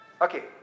Okay